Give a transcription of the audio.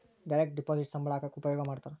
direct deposit ಸಂಬಳ ಹಾಕಕ ಉಪಯೋಗ ಮಾಡ್ತಾರ